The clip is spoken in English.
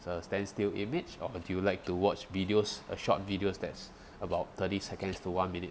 a stand still image or do you like to watch videos a short video that's about thirty seconds to one minute